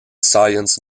science